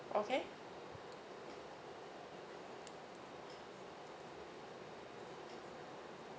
okay